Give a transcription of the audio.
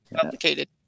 complicated